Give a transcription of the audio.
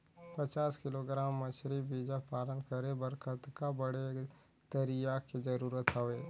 पचास किलोग्राम मछरी बीजा पालन करे बर कतका बड़े तरिया के जरूरत हवय?